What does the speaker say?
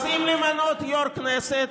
רוצים למנות יו"ר כנסת,